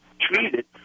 treated